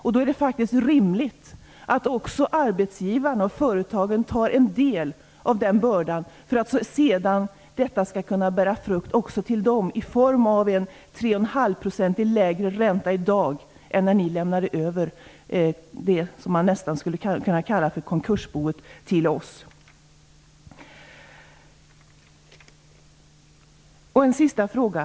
Det är därför faktiskt rimligt att också arbetsgivarna och företagen tar en del av denna börda för att detta sedan skall kunna bära frukt också till dem, i form av en ränta som är tre och en halv procent lägre i dag än när ni lämnade över det som man nästan skulle kunna kalla för konkursboet till oss. Jag vill ställa en sista fråga.